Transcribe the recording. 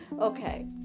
Okay